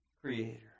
creator